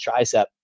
tricep